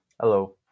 Hello